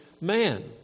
man